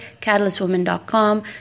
catalystwoman.com